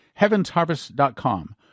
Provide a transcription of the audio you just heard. heavensharvest.com